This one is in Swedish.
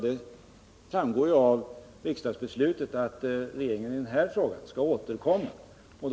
Det framgår av riksdagsbeslutet att regeringen skall återkomma i ärendet.